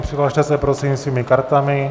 Přihlaste se, prosím svými kartami.